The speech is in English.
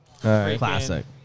Classic